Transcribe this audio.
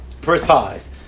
precise